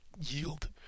yield